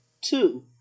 Two